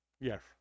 Yes